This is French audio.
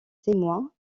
témoins